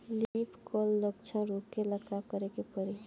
Leaf curl लक्षण रोकेला का करे के परी?